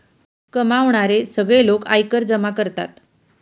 कमावणारे सगळे लोक आयकर जमा करतात